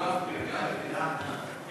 סעיפים 1 2